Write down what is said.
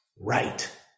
right